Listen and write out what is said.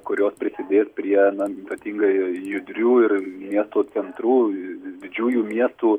kurios prisidės prie na ypatingai judrių ir miesto centrų didžiųjų miestų